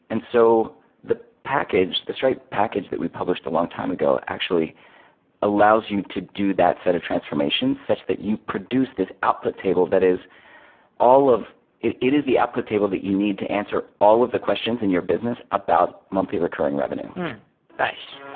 and so the package, the stripe package that we published a long time ago, actually allows you to do that set of transformation such that you produce this output table that is all of it it is the output table that you need to answer all of the questions in your business about monthly recurring revenue nice.